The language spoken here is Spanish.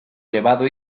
elevado